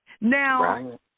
Now